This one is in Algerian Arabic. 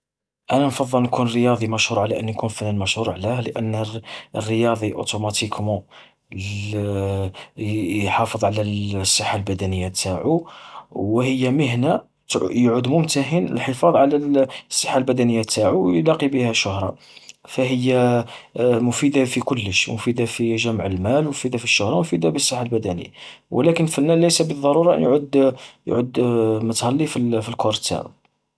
أنا نفضل نكون رياضي مشهور على أني نكون فنان مشهور. علاه؟ لأن الر-الرياضي اوتوماتيكمون يحافظ على الصحة البدنية تاعو، وهي مهنة ت-يعود ممتهن الحفاظ على الصحة البدنية تاعو ويلاقي بها شهرة. فهي مفيدة في كلش، مفيدة في جمع المال، مفيدة في الشهرة مفيدة في الصحة البدنية. ولكن الفنان ليس بالضرورة أنو يعود يعود متهلي في في الكور تاعو.